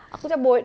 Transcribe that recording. aku cabut